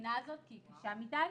לבחינה הזאת כי היא קשה מידי.